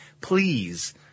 Please